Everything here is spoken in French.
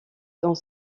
dans